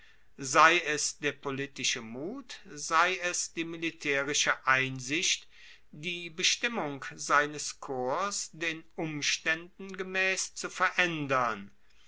sei es der politische mut sei es die militaerische einsicht die bestimmung seines korps den umstaenden gemaess zu veraendern